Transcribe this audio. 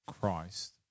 Christ